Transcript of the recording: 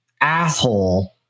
asshole